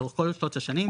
לאורך כל שלושת השנים,